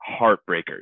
heartbreakers